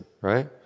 right